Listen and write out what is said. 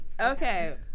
Okay